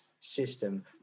system